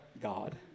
God